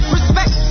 Respect